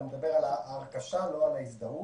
אתה מדבר על ההרכשה ולא על ההזדהות.